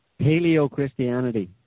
Paleo-Christianity